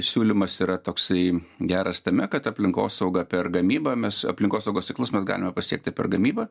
siūlymas yra toksai geras tame kad aplinkosauga per gamybą mes aplinkosaugos tikslus mes galime pasiekti per gamybą